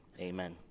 Amen